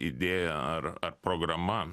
idėja ar ar programa